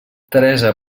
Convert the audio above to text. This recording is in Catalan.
teresa